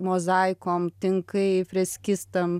mozaikom tinkai freskistam